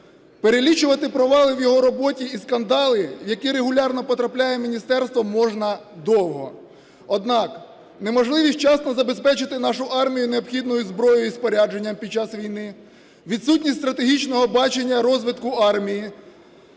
Перелічувати провали в його роботі і скандали, в які регулярно потрапляє міністерство, можна довго, однак неможливість вчасно забезпечити нашу армію необхідною зброєю і спорядженням під час війни, відсутність стратегічного бачення розвитку армії,